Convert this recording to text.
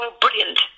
brilliant